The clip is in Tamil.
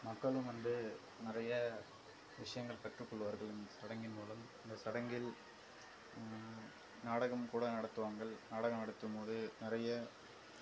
மக்களும் வந்து நிறைய விஷயங்கள் கற்றுக்கொள்வார்கள் சடங்கின் மூலம் இந்த சடங்கில் நாடகம் கூட நடத்துவாங்கள் நாடகம் நடத்தும் போது நிறைய